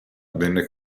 venne